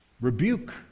Rebuke